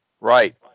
Right